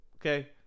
Okay